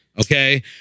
Okay